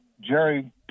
Jerry